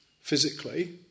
physically